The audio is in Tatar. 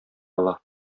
ала